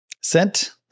Sent